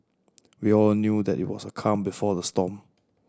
we all knew that it was the calm before the storm